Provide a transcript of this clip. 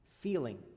feeling